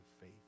faith